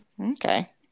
Okay